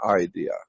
idea